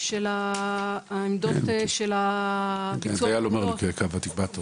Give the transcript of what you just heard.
של הביצוע -- כן, דייל אומר תקבע תור.